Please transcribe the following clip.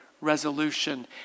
resolution